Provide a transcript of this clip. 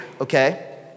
okay